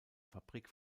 fabrik